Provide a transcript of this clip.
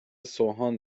سوهان